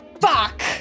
Fuck